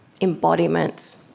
embodiment